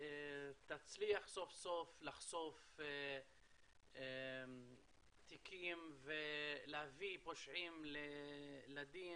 יצליחו סוף סוף לחשוף תיקים ולהביא פושעים לדין